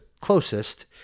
closest